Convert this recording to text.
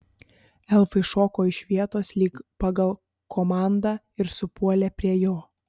elfai šoko iš vietos lyg pagal komandą ir supuolė prie jo